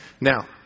Now